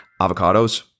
Avocados